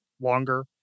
longer